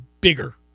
bigger